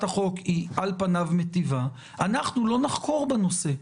החוק היא על פניו מיטיבה אנחנו לא נחקור בנושא.